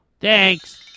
Thanks